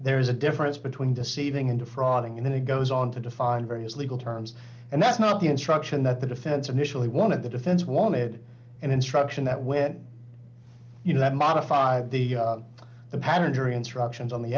there is a difference between deceiving and fraud and then it goes on to define various legal terms and that's not the instruction that the defense initially wanted the defense wanted an instruction that when you have modified the pattern jury instructions on the